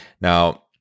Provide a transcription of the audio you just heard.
Now